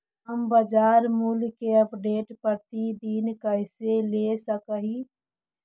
हम बाजार मूल्य के अपडेट, प्रतिदिन कैसे ले सक हिय?